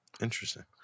Interesting